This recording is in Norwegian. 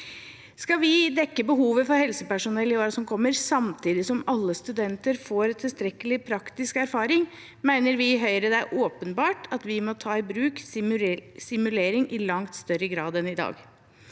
Skal vi dekke behovet for helsepersonell i årene som kommer, samtidig som alle studenter får tilstrekkelig praktisk erfaring, mener vi i Høyre det er åpenbart at vi må ta i bruk simulering i langt større grad enn i dag.